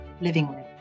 livingwith